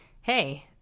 hey